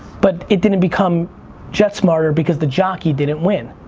but it didn't become jet smarter because the jockey didn't win.